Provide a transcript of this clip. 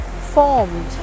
formed